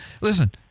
listen